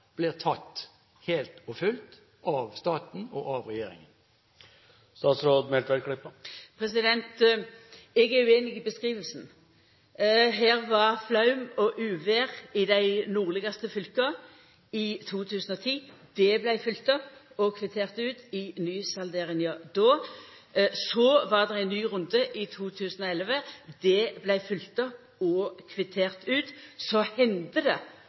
blir tatt helt og fullt av staten og av regjeringen som har det overordnede ansvar for veinettet i Norge, uansett hvem som er veieier? Eg er ueinig i beskrivinga. Det var flaum og uvêr i dei nordlegaste fylka i 2010. Det vart følgt opp og kvittert ut i nysalderinga då. Så var det ein ny runde i 2011, det vart følgt opp og kvittert ut.